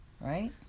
right